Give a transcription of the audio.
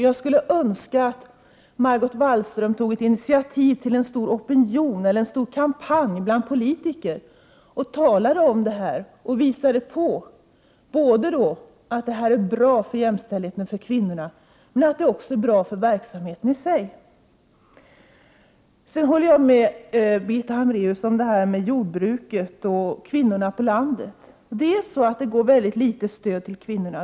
Jag skulle önska att Margot Wallström tog initiativ till en stor kampanj bland politiker, att hon talade om detta, och visade på att det är bra både för kvinnornas jämställdhet och för verksamheten i sig. Jag håller med om det Birgitta Hambraeus sade om jordbruket och kvinnorna på landet. Det utgår ett mycket litet stöd åt de kvinnorna.